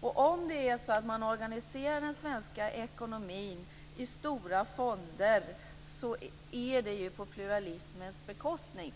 Om man organiserar den svenska ekonomin i stora fonder är det på pluralismens bekostnad.